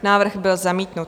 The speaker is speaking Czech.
Návrh byl zamítnut.